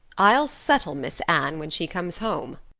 i'll settle miss anne when she comes home,